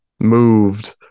moved